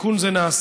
תיקון זה נעשה,